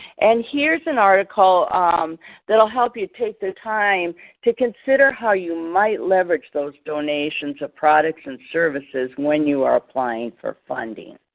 and here's an article that will help you take the time to consider how you might leverage those donations of products and services when you are applying for funding.